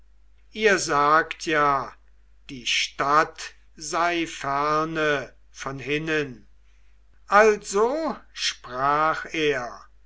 ihr sagt ja die stadt sei ferne von hinnen also sprach er